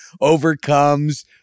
overcomes